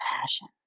passion